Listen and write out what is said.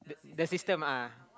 the system ah